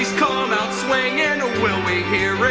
come um out swinging, and will we hear